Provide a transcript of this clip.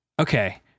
okay